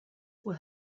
will